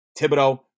Thibodeau